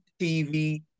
TV